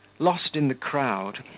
lost in the crowd,